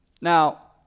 Now